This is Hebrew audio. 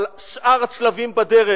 אבל שאר השלבים בדרך.